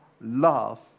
love